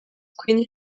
queen